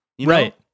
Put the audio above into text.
Right